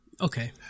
Okay